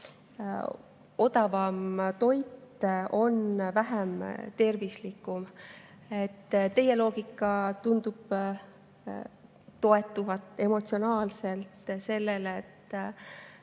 odavam toit on vähem tervislik. Teie loogika tundub toetuvat emotsionaalselt sellele, et